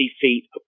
feet